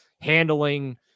handling